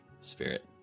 spirit